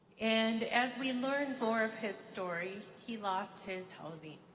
and as we learn more of his story, he lost his housing,